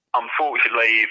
unfortunately